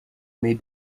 may